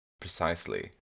Precisely